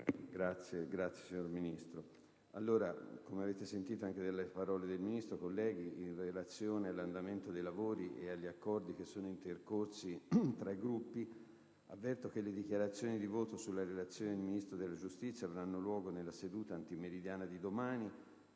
apre una nuova finestra"). Colleghi, come avete sentito dalle parole del Ministro, anche in relazione all'andamento dei lavori e agli accordi intercorsi tra i Gruppi, avverto che le dichiarazioni di voto sulla relazione del Ministro della giustizia avranno luogo nella seduta antimeridiana di domani,